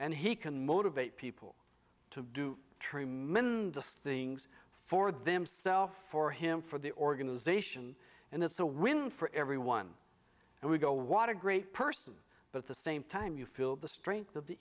and he can motivate people to do tremendous things for themself for him for the organization and it's a win for everyone and we go what a great person but the same time you feel the strength of the